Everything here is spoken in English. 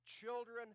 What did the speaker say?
children